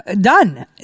done